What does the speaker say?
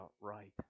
right